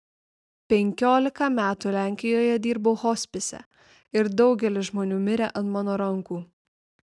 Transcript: penkiolika metų lenkijoje dirbau hospise ir daugelis žmonių mirė ant mano rankų